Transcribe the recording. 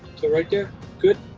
so right there good.